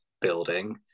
building